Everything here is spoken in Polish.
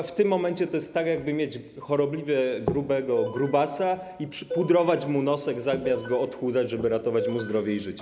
W tym momencie to jest tak, jakby mieć chorobliwie grubego grubasa i przypudrować mu nosek, zamiast go odchudzać, żeby ratować mu zdrowie i życie.